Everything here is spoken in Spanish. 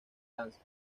danza